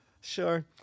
sure